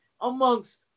amongst